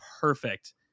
perfect